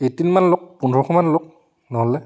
eighteen মান লওক পোন্ধৰশ মান লওক নহ'লে